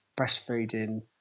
breastfeeding